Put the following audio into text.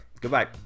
Goodbye